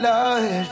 Love